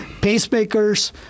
pacemakers